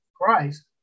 Christ